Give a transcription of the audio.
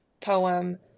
poem